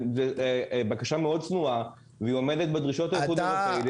זו בקשה מאוד צנועה והיא עומדת בדרישות האיחוד האירופאי.